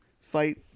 fight